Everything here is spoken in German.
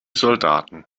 soldaten